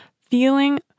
Feeling